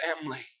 family